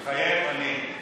מתחייב אני.